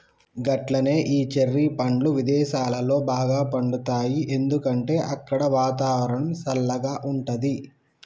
గట్లనే ఈ చెర్రి పండ్లు విదేసాలలో బాగా పండుతాయి ఎందుకంటే అక్కడ వాతావరణం సల్లగా ఉంటది